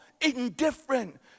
indifferent